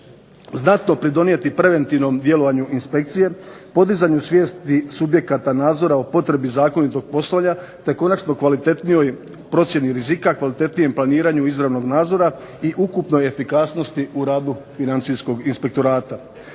znatno pridonijeti preventivnom djelovanju inspekcije, podizanju svijesti subjekata nadzora o potrebi zakonitog poslovanja, te konačno kvalitetnoj procjeni rizika, kvalitetnijem planiranju izravnog nadzora, i ukupnoj efikasnosti u radu financijskog inspektorata.